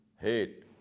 hate